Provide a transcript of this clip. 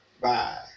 Bye